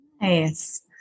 Nice